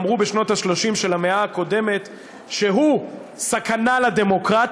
אמרו בשנות ה-30 של המאה הקודמת שהוא סכנה לדמוקרטיה,